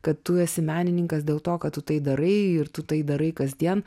kad tu esi menininkas dėl to kad tu tai darai ir tu tai darai kasdien